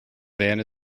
van